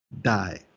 die